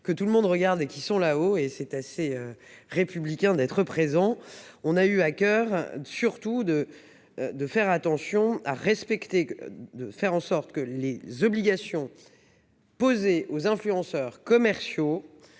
Que tout le monde regarde et qui sont haut et c'est assez républicains d'être présent. On a eu à coeur surtout de. De faire attention à respecter. De faire en sorte que les obligations. Posées aux influenceurs commerciaux